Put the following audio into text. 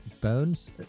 Bones